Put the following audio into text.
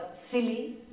silly